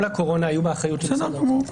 תקופת הקורונה היו באחריות משרד האוצר.